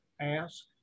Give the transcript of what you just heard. ask